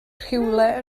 rhywle